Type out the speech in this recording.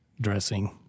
dressing